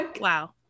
wow